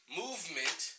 movement